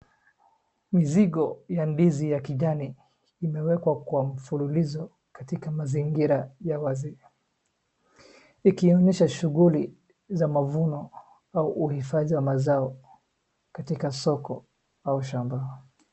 Mizigo ya ndizi ya kijani imewekwa kwa mfululizo katika mazingira ya wazi. Ikionyesha shughuli za mavuno au uhifadhi wa mazao katika soko au shamba.